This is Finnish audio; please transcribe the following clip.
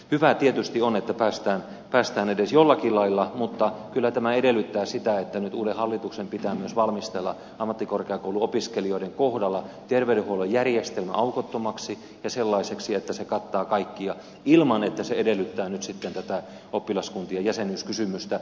hyvä tietysti on että päästään edes jollakin lailla eteenpäin mutta kyllä tämä edellyttää sitä että nyt uuden hallituksen pitää myös valmistella ammattikorkeakouluopiskelijoiden kohdalla terveydenhuollon järjestelmä aukottomaksi ja sellaiseksi että se kattaa kaikki ilman että se edellyttää nyt sitten tätä oppilaskuntien jäsenyyskysymystä